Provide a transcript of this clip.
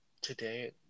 today